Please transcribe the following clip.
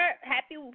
happy